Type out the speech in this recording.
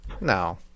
No